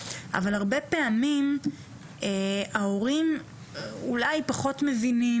אבל הרבה פעמים ההורים אולי פחות מבינים